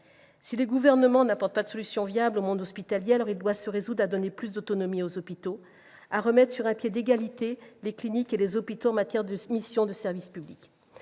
Si le Gouvernement n'apporte pas de solutions viables au monde hospitalier, alors il doit se résoudre à donner plus d'autonomie aux hôpitaux, à remettre sur un pied d'égalité les cliniques et les hôpitaux en matière de missions de service public.